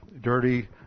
dirty